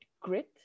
grit